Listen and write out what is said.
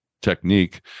technique